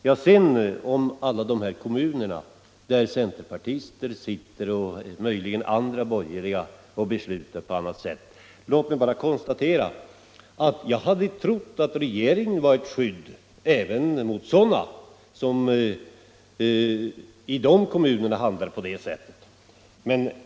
På tal om alla de kommuner där centerpartister och möjligen andra borgerliga fattar beslut som dem herr statsrådet beskrev, vill jag säga att jag hade trott att regeringen utgjorde ett skydd mot sådant handlande.